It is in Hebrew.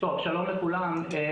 שלום לכולם,